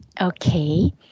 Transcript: Okay